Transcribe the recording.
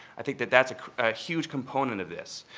i think that that's a huge component of this.